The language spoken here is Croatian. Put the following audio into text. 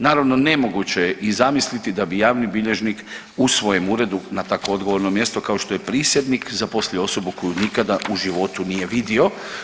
Naravno nemoguće je i zamisliti da bi javni bilježnik u svojem uredu na tako odgovorno mjesto kao što je prisjednik zaposlio osobu koju nikada u životu nije vidio.